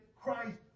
Christ